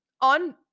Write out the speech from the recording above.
on